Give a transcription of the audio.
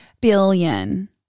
billion